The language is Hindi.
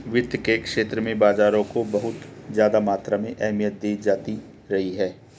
वित्त के क्षेत्र में बाजारों को बहुत ज्यादा मात्रा में अहमियत दी जाती रही है